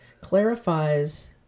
clarifies